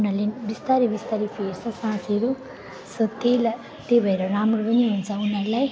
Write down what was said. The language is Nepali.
उनीहरूले बिस्तारै बिस्तारै फेर्छ सासहरू स त्यहीलाई त्यही भएर राम्रो पनि हुन्छ उनीहरूलाई